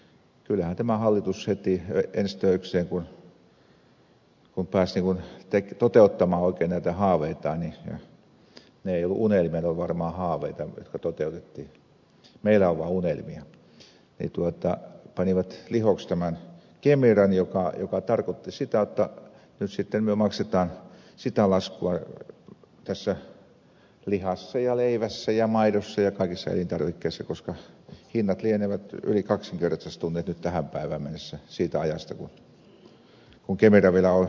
kyllähän tämä hallitus heti ensi töikseen kun pääsi toteuttamaan oikein näitä haaveitaan ne eivät olleet unelmia ne olivat varmaan haaveita jotka toteutettiin meillä on vaan unelmia pani lihoiksi tämän kemiran mikä tarkoitti sitä jotta nyt sitten me maksamme sitä laskua tässä lihassa ja leivässä ja maidossa ja kaikissa elintarvikkeissa koska hinnat lienevät yli kaksinkertaistuneet nyt tähän päivään mennessä siitä ajasta kun kemira vielä oli valtionyhtiö